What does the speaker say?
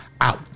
out